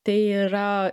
tai yra